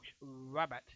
Rabbit